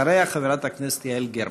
אחריה, חברת הכנסת יעל גרמן.